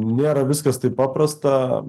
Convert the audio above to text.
nėra viskas taip paprasta